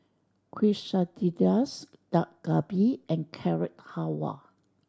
Quesadillas Dak Galbi and Carrot Halwa